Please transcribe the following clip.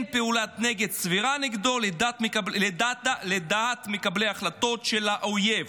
פעולת נגד סבירה נגדו לדעת מקבלי ההחלטות של האויב.